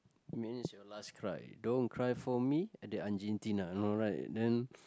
when is your last cry don't cry for me and the Argentina no right then